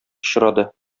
очрады